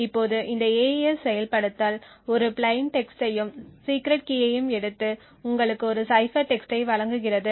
இப்போது இந்த AES செயல்படுத்தல் ஒரு பிளைன் டெக்ஸ்டையும் சீக்ரெட் கீயையும் எடுத்து உங்களுக்கு ஒரு சைபர் டெக்ஸ்டை வழங்குகிறது